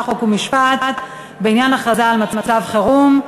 חוק ומשפט בעניין הכרזה על מצב חירום.